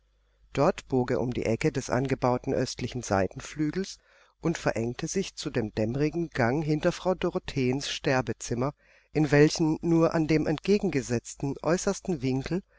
dort bog er um die ecke des angebauten östlichen seitenflügels und verengte sich zu dem dämmernden gang hinter frau dorotheens sterbezimmer in welchen nur an dem entgegengesetzten äußersten winkel